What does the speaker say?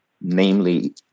namely